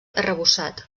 arrebossat